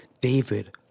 David